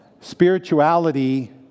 spirituality